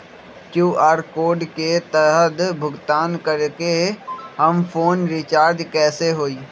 QR code के तहद भुगतान करके हम फोन रिचार्ज कैसे होई?